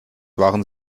waren